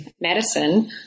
medicine